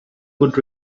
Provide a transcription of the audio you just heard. good